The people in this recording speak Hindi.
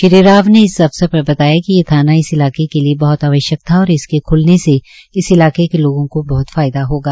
श्री राव ने इस अवसर पर बताया कि ये थाना इस इलाके के लिए बहत आवश्यक था और इसके खुलने से इस इलाके के लोगों के बहत फायदा होगा